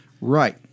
Right